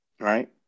right